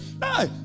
No